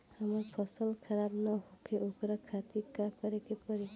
हमर फसल खराब न होखे ओकरा खातिर का करे के परी?